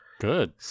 Good